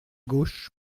gauche